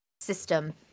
system